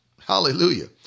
Hallelujah